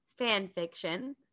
Fanfiction